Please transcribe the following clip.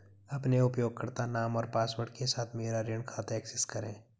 अपने उपयोगकर्ता नाम और पासवर्ड के साथ मेरा ऋण खाता एक्सेस करें